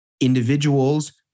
individuals